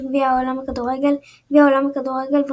גביע העולם בכדורגל גביע העולם בכדורגל,